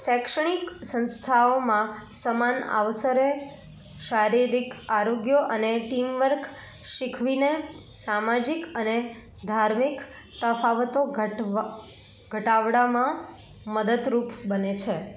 શૈક્ષણિક સંસ્થાઓમાં સમાન અવસરે શારીરિક આરોગ્ય અને ટીમ વર્ક શીખવીને સામાજિક અને ધાર્મિક તફાવતો ઘટાડવામાં મદદરૂપ બને છે